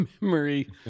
memory